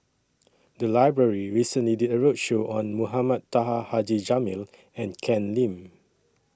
The Library recently did A roadshow on Mohamed Taha Haji Jamil and Ken Lim